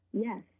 Yes